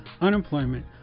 unemployment